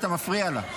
אתה מפריע לה.